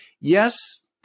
Yes